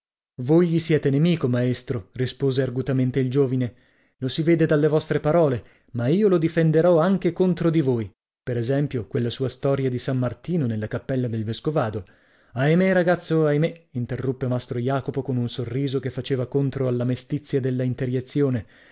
voi gli siete nemico maestro rispose argutamente il giovine lo si vede dalle vostre parole ma io lo difenderò anche contro di voi per esempio quella sua storia di san martino nella cappella del vescovado ahimè ragazzo ahimè interruppe mastro jacopo con un sorriso che faceva contro alla mestizia della